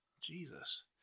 Jesus